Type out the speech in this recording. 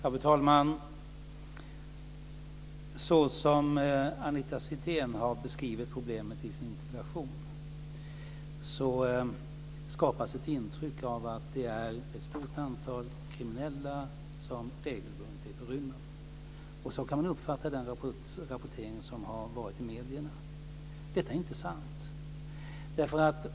Fru talman! Såsom Anita Sidén har beskrivit problemet i sin interpellation skapas det ett intryck av att det är ett stort antal kriminella som regelbundet är på rymmen. Och så kan man uppfatta den rapportering som har varit i medierna. Detta är inte sant.